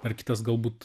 ar kitas galbūt